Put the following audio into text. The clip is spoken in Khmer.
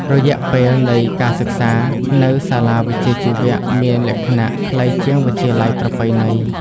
រយៈពេលនៃការសិក្សា នៅសាលាវិជ្ជាជីវៈមានលក្ខណៈខ្លីជាងវិទ្យាល័យប្រពៃណី។